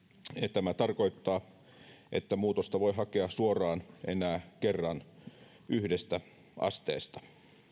tämä tarkoittaa että muutosta voi hakea suoraan enää kerran yhdestä asteesta